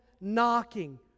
knocking